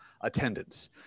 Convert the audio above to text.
attendance